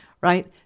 right